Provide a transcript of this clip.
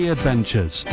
Adventures